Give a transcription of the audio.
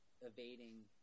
evading